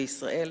בישראל.